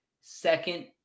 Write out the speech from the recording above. second